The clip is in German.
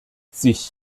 sich